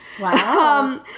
Wow